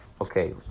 Okay